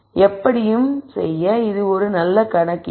எப்படியும் செய்ய இது ஒரு நல்ல கணக்கீடு